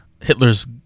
Hitler's